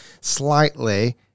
slightly